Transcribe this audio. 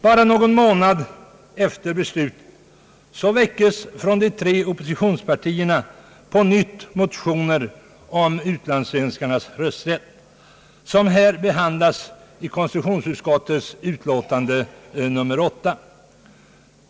Bara någon månad efter beslutet väckte de tre borgerliga oppositionspartierna på nytt motioner om utlandssvenskarnas rösträtt, vilka behandlas i konstitutionsutskottets utlåtande nr 8.